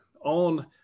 on